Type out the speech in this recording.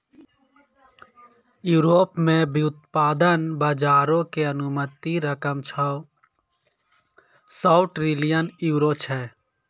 Europe मे व्युत्पादन बजारो के अनुमानित रकम छौ सौ ट्रिलियन यूरो छै